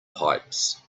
pipes